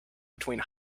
between